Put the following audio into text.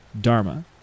dharma